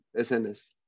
SNS